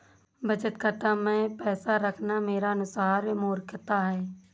बचत खाता मैं पैसा रखना मेरे अनुसार मूर्खता है